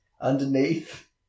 underneath